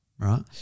right